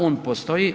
On postoji.